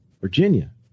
Virginia